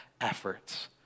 efforts